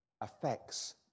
affects